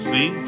See